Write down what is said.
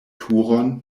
turon